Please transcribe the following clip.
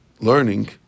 learning